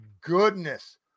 goodness